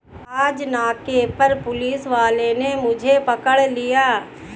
आज नाके पर पुलिस वाले ने मुझे पकड़ लिया